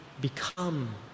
become